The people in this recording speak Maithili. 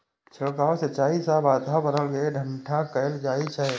छिड़काव सिंचाइ सं वातावरण कें ठंढा कैल जाइ छै